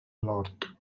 lord